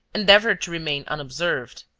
endeavour to remain unobserved.